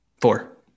Four